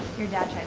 your dad